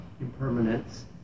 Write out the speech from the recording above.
impermanence